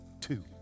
Two